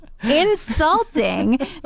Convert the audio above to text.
Insulting